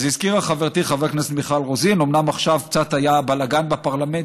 הזכירה חברתי חברת הכנסת מיכל רוזין שעכשיו קצת היה בלגן בפרלמנט,